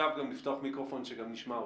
לפתוח מיקרופון שגם נשמע אותך.